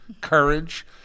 courage